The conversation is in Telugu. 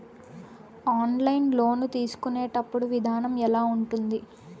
ఆన్లైన్ లోను తీసుకునేటప్పుడు విధానం ఎలా ఉంటుంది